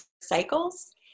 cycles